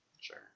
Sure